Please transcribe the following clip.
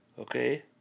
Okay